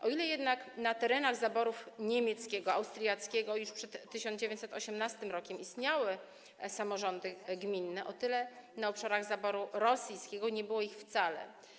O ile na terenach zaborów niemieckiego i austriackiego już przed 1918 r. istniały samorządy gminne, o tyle na obszarach zaboru rosyjskiego nie było ich wcale.